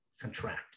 contract